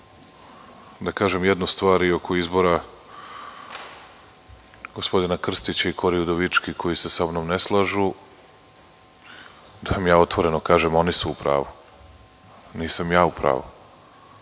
da kažem jednu stvar i oko izbora gospodina Krstića i Kori Udovički, koji se samnom ne slažu, da vam otvoreno kažem. Upravu su, nisam ja upravu.